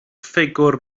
ffigwr